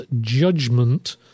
judgment